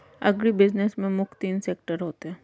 agribusiness में मुख्य तीन सेक्टर होते है